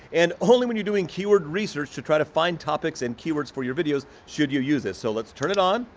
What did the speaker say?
and only when you're doing keyword research to try to find topics and keywords for your videos should you use this. so let's turn it on.